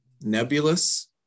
nebulous